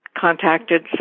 contacted